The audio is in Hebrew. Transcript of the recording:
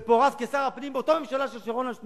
ופורז כשר הפנים באותה ממשלה של שרון, השנייה,